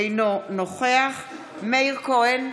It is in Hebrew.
אינו נוכח מאיר כהן,